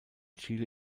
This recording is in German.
chile